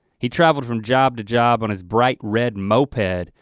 he traveled from job to job on his bright red moped,